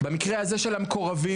במקרה הזה של המקורבים.